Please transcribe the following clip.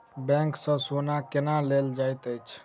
bank सँ सोना केना लेल जाइत अछि